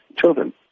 children